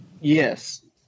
Yes